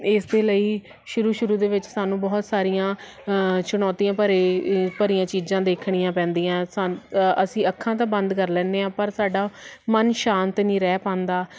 ਇਸ ਦੇ ਲਈ ਸ਼ੁਰੂ ਸ਼ੁਰੂ ਦੇ ਵਿੱਚ ਸਾਨੂੰ ਬਹੁਤ ਸਾਰੀਆਂ ਚੁਣੌਤੀਆਂ ਭਰੇ ਭਰੀਆਂ ਚੀਜ਼ਾਂ ਦੇਖਣੀਆਂ ਪੈਂਦੀਆਂ ਸਾ ਅਸੀਂ ਅੱਖਾਂ ਤਾਂ ਬੰਦ ਕਰ ਲੈਂਦੇ ਆ ਪਰ ਸਾਡਾ ਮਨ ਸ਼ਾਂਤ ਨਹੀਂ ਰਹਿ ਪਾਂਦਾ